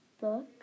book